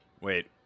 Wait